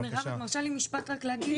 ההחלטות שלה חשופות.